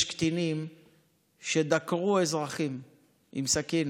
יש קטינים שדקרו אזרחים עם סכין